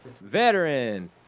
veteran